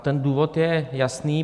Ten důvod je jasný.